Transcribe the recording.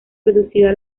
producida